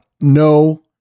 no